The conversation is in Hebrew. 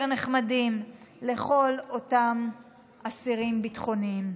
נחמדים לכל אותם אסירים ביטחוניים.